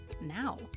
now